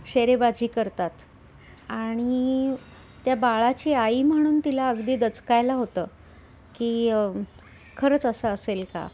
शेरेबाजी करतात आणि त्या बाळाची आई म्हणून तिला अगदी दचकायला होतं की खरंच असं असेल का